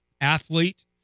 athlete